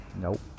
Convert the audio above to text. Nope